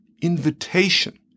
invitation